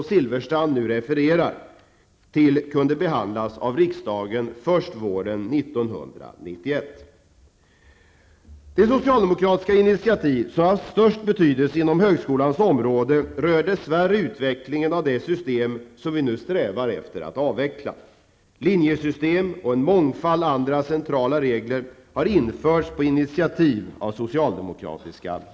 Friheten att disponera medel mellan personella och andra resurser, att organisera utbildningar och anpassa organisationen till lokala förhållanden ökar i betydande grad. Från den 1 juli 1993 kommer universitet och högskolor att själva kunna besluta om att inrätta och tillsätta tjänst som professor.